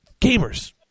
gamers